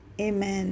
Amen